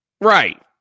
Right